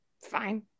Fine